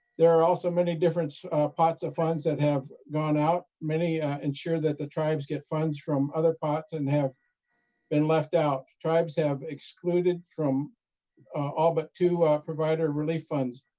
there are also many different pots of funds that have gone out. many ensure that the tribes get funds from other pots, and have been left out. tribes have excluded from all but two provider relief funds.